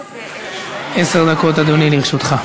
עשר דקות, אדוני, לרשותך.